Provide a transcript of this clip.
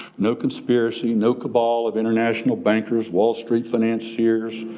no conspiracy, no cabal of international bankers, wall street financiers,